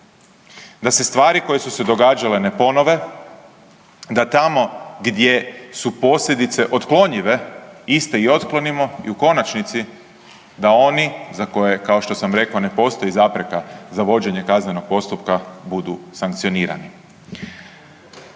da se stvari koje su se događale ne ponove, da tamo gdje su posljedice otklonjive iste i otklonimo i u konačnici da oni za koje, kao što sam rekao, ne postoji zapreka za vođenje kaznenog postupka budu sankcionirani.